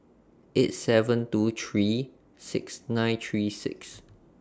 eight seven two three six nine three six